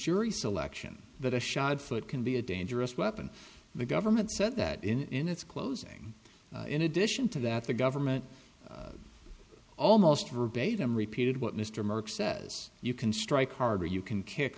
jury selection but a shot foot can be a dangerous weapon the government said that in its closing in addition to that the government almost verbatim repeated what mr murch says you can strike hard or you can kick